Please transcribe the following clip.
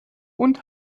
und